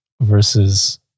versus